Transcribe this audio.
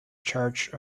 church